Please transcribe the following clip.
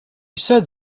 said